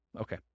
Okay